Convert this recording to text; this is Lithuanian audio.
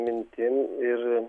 mintim ir